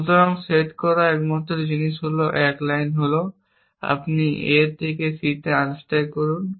সুতরাং সেট করা একমাত্র জিনিস হল 1 লাইন হল আপনি A থেকে C আনস্ট্যাক করুন